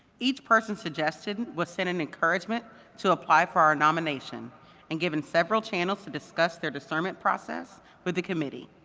each person suggested was sent an encouragement to apply for our nomination and given several channels to discuss their discernment process with the committee.